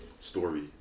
story